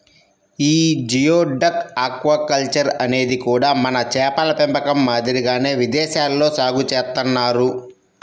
యీ geoduck aquaculture అనేది కూడా మన చేపల పెంపకం మాదిరిగానే విదేశాల్లో సాగు చేత్తన్నారు